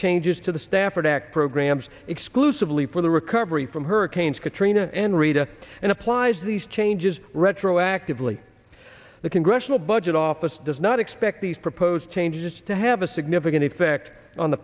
changes to the stafford act programs exclusively for the recovery from hurricanes katrina and rita and applies these changes retroactively the congressional budget office does not expect these proposed changes to have a significant effect on the